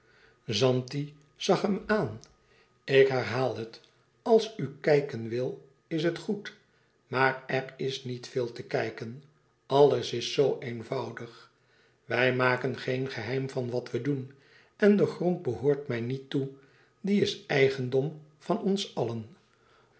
zanti zag hem aan ik herhaal het als u kijken wil is het goed maar er is niet veel te kijken alles is zoo eenvoudig wij maken geen geheim van wat we doen en de grond behoort mij niet toe die is eigendom van hen allen